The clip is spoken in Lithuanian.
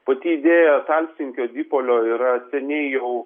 pati idėja talsinkio dipolio yra seniai jau